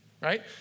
right